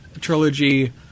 trilogy